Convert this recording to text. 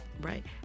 right